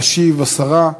ומייד אחריו תשיב השרה,